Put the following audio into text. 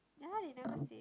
ya they never say